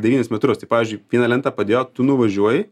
devynis metrus tai pavyzdžiui vieną lentą padėjo tu nuvažiuoji